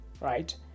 right